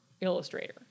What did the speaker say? illustrator